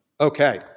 Okay